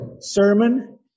sermon